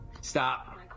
Stop